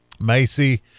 Macy